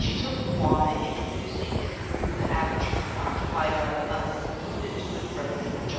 she took the wand, and, introducing it through the aperture occupied by the funnel, moved it to and fro in the jar.